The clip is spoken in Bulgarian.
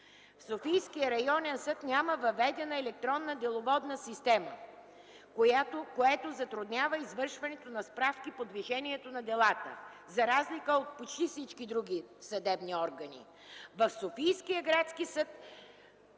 Софийският районен съд няма въведена електронна деловодна система, което затруднява извършването на справки по движението на делата, за разлика от почти всички други съдебни органи.